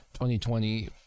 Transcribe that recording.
2020